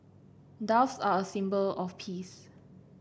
doves are a symbol of peace